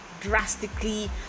drastically